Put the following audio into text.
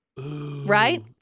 Right